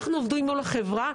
אנחנו עובדים מול החברה,